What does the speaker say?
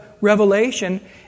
Revelation